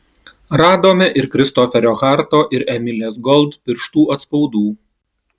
radome ir kristoferio harto ir emilės gold pirštų atspaudų